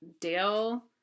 Dale